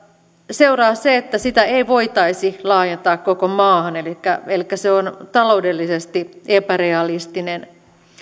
seuraa se että sitä ei voitaisi laajentaa koko maahan elikkä se on taloudellisesti epärealistinen